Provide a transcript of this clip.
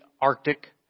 Arctic